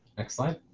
excellent.